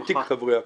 הוא ותיק חברי הכנסת.